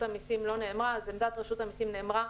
המסים לא נאמרה אז עמדת רשות המסים נאמרה,